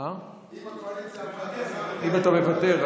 --- אם הקואליציה --- אם אתה מוותר,